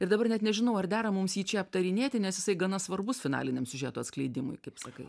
ir dabar net nežinau ar dera mums jį čia aptarinėti nes jisai gana svarbus finaliniam siužeto atskleidimui kaip sakai